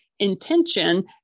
intention